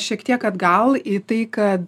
šiek tiek atgal į tai kad